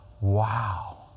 wow